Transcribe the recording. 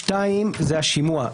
פסקה (2) זה השימוע.